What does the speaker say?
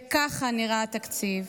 וככה נראה התקציב.